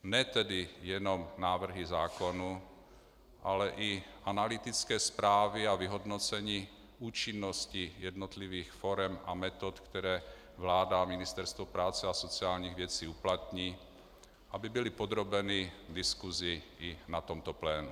Ne tedy jenom návrhy zákonů, ale i analytické zprávy a vyhodnocení účinnosti jednotlivých forem a metod, které vláda a Ministerstvo práce a sociálních věcí uplatní, aby byly podrobeny diskusi i na tomto plénu.